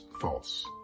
false